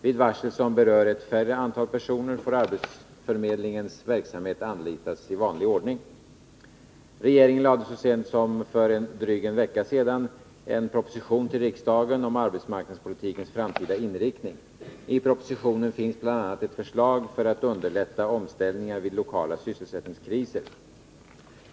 Vid varsel som berör ett färre antal personer får arbetsförmedlingens verksamhet anlitas i vanlig ordning. Regeringen lade så sent som för en dryg vecka sedan fram en proposition till riksdagen om arbetsmarknadspolitikens framtida inriktning. I propositionen finns bl.a. ett förslag för att underlätta omställningar vid lokala sysselsättningskriser.